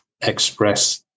express